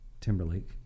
Timberlake